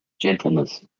gentleness